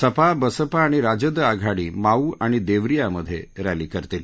सपा बसपा आणि राजद आघाडी माऊ आणि देवरियामधे रॅली करतील